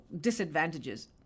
disadvantages